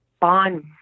bond